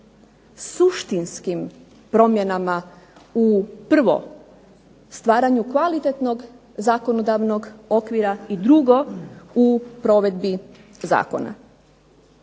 suštinskim promjenama u prvo stvaranju kvalitetnog zakonodavnog okvira i drugo u provedbi zakona.